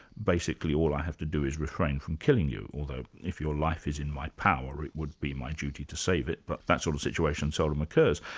basically all i have to do is refrain from killing you, although if your life is in my power, it would be my duty to save it, but that sort of situation seldom occurs.